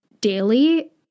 daily